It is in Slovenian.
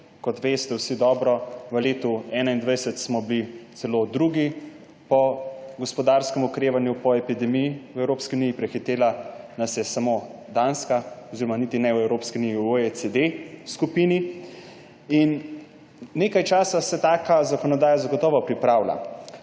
dobro veste, smo bili v letu 2021 celo drugi po gospodarskem okrevanju po epidemiji v Evropski uniji, prehitela nas je samo Danska oziroma niti ne v Evropski uniji, v skupini OECD. Nekaj časa se taka zakonodaja zagotovo pripravlja.